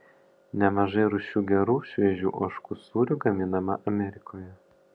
nemažai rūšių gerų šviežių ožkų sūrių gaminama amerikoje